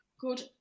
Good